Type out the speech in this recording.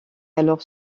alors